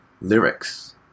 lyrics